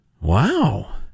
Wow